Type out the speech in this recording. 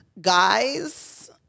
Guys